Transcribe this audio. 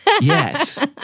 Yes